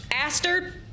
Aster